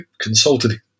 consulted